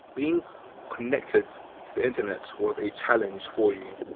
being connected to the internet was a challenge for you.